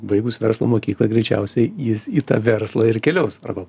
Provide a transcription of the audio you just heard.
baigus verslo mokyklą greičiausiai jis į tą verslą ir keliaus arba